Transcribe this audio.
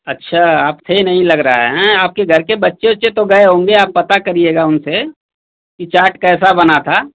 अच्छा आप थे नहीं लग रहा है हें आपके घर के बच्चे ओच्चे तो गए होंगे आप पता करिएगा उनसे की चाट कैसा बना था